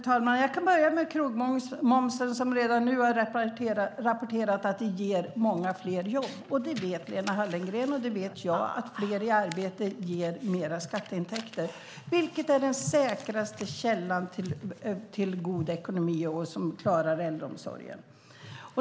Herr talman! Jag kan börja med krogmomsen, som redan nu har rapporterats ge många fler jobb. Lena Hallengren vet, och jag vet, att fler i arbete ger mer skatteintäkter, vilket är den säkraste källan till god ekonomi och klarar äldreomsorgen.